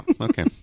Okay